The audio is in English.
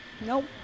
Nope